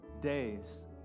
days